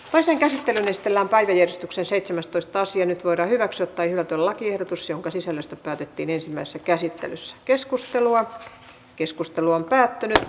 toisen käsittelyn estellä päivystyksen seitsemästoista sija nyt voidaan hyväksyä tai hylätä lakiehdotus jonka sisällöstä päätettiin ensimmäisessä käsittelyssä keskustelua asian käsittely päättyi